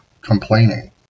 Complaining